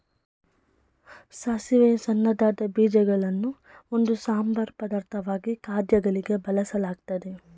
ಸಾಸಿವೆಯ ಸಣ್ಣದಾದ ಬೀಜಗಳನ್ನು ಒಂದು ಸಂಬಾರ ಪದಾರ್ಥವಾಗಿ ಖಾದ್ಯಗಳಿಗೆ ಬಳಸಲಾಗ್ತದೆ